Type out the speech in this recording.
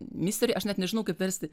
misteri aš net nežinau kaip versti